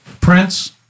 Prince